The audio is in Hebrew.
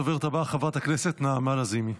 הדוברת הבאה, חברת הכנסת נעמה לזימי.